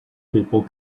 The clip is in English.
people